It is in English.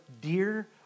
dear